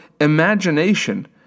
imagination